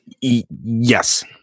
yes